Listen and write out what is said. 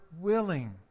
willing